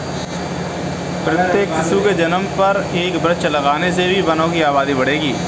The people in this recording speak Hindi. प्रत्येक शिशु के जन्म पर एक वृक्ष लगाने से भी वनों की आबादी बढ़ेगी